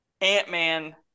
Ant-Man